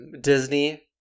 Disney